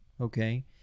okay